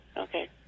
okay